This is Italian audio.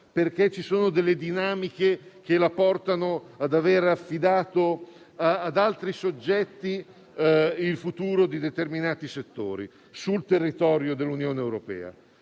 perché ci sono dinamiche che l'hanno portata ad affidare ad altri soggetti il futuro di determinati settori sul territorio dell'Unione europea.